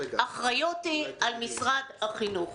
האחריות היא על משרד החינוך.